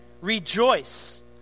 Rejoice